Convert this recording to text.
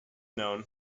known